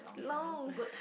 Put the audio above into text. long